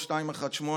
218,